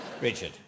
Richard